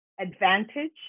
advantage